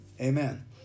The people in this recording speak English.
Amen